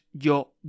yo